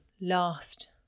last